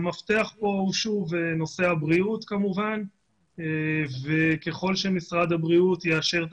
המפתח כאן הוא נושא הבריאות וככל שמשרד הבריאות יאשר את